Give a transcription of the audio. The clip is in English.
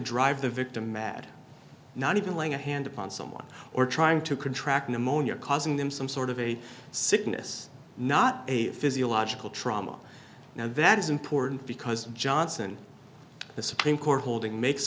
drive the victim mad not even laying a hand upon someone or trying to contract pneumonia causing them some sort of a sickness not a physiological trauma now that is important because johnson the supreme court holding makes